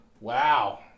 Wow